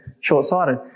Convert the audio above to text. short-sighted